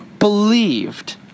believed